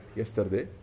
yesterday